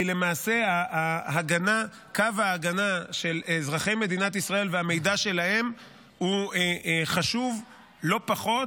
כי למעשה קו ההגנה של אזרחי מדינת ישראל והמידע שלהם הוא חשוב לא פחות